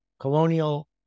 colonial